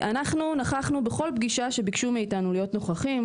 אנחנו נכחנו בכל פגישה שביקשו מאיתנו להיות נוכחים,